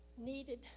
needed